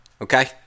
okay